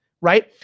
Right